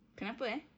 kenapa eh